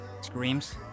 Screams